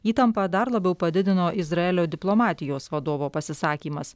įtampą dar labiau padidino izraelio diplomatijos vadovo pasisakymas